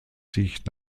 sich